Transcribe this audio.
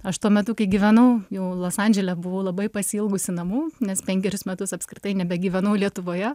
aš tuo metu kai gyvenau jau los andžele buvau labai pasiilgusi namų nes penkerius metus apskritai nebegyvenau lietuvoje